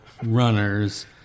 runners